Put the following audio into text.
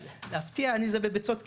להפתיע זה בביצות קינדר,